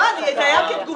לא, זה היה כתגובה.